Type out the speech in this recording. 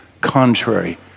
contrary